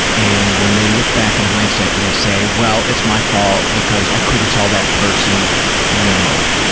and when they look back in hindsight and they say, well, it's my fault because i couldn't tell that person no.